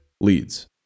leads